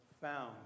found